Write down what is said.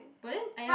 but then I I